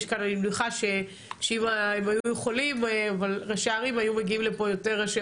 אני מניחה שאם הם היו יכולים היו מגיעים לפה יותר ראשי